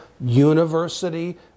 University